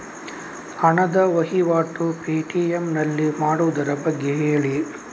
ಹಣದ ವಹಿವಾಟು ಪೇ.ಟಿ.ಎಂ ನಲ್ಲಿ ಮಾಡುವುದರ ಬಗ್ಗೆ ಹೇಳಿ